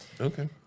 Okay